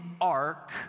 ark